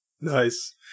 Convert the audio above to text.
Nice